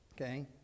Okay